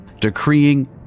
decreeing